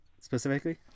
Specifically